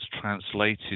translated